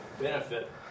benefit